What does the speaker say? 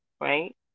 Right